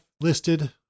listed